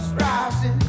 Rising